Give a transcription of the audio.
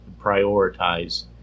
prioritize